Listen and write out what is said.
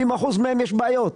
לגבי 70% מהם יש בעיות.